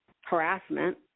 harassment